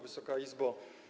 Wysoka Izbo!